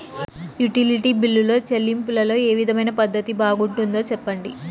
Utility బిల్లులో చెల్లింపులో ఏ విధమైన పద్దతి బాగుంటుందో సెప్పండి?